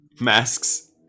Masks